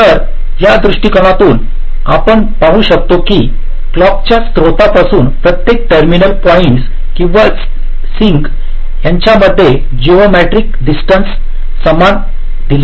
तर या दृष्टिकोनातून आपण पाहु शकतो की क्लॉक च्या स्त्रोतापासून प्रत्येक टर्मिनल पॉईंटस किंवा सिंक त्यामध्ये जयोमेट्रिक डिस्टन्स समान दिलेली आहे